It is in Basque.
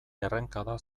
errenkada